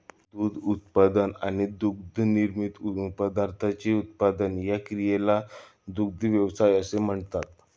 दूध उत्पादन आणि दुग्धनिर्मित पदार्थांचे उत्पादन या क्रियेला दुग्ध व्यवसाय असे म्हणतात